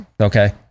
Okay